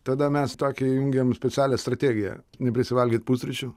tada mes tokią įjungiam specialią strategiją neprisivalgyt pusryčių